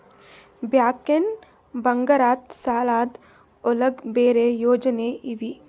ಬ್ಯಾಂಕ್ದಾಗ ಬಂಗಾರದ್ ಸಾಲದ್ ಒಳಗ್ ಬೇರೆ ಯೋಜನೆ ಇವೆ?